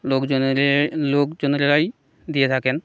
লোকজনে লোকজনেরাই দিয়ে থাকেন